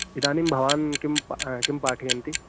इदानीं भवान् किं पा किं पाठयति